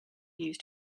used